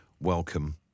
welcome